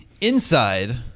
Inside